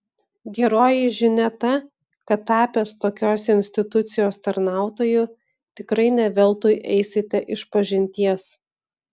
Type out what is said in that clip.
geroji žinia ta kad tapęs tokios institucijos tarnautoju tikrai ne veltui eisite išpažinties